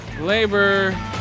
Labor